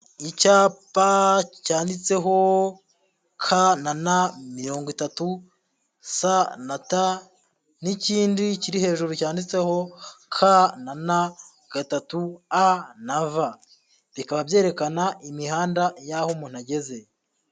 Icyapa cyanditseho K na N mirongo itatu, S na T, n'ikindi kiri hejuru cyanditseho K na N gatatu, A na V, bikaba byerekana imihanda y'aho umuntu ageze.